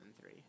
three